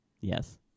Yes